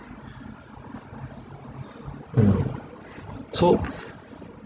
mm so